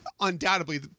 undoubtedly